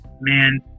Man